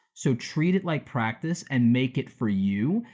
so treat it like practice and make it for you.